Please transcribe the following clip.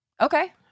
Okay